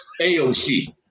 aoc